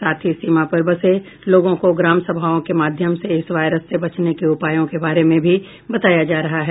साथ ही सीमा पर बसे लोगों को ग्राम सभाओं के माध्यम से इस वायरस से बचने के उपायों के बारे में भी बताया जा रहा है